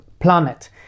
planet